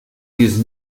use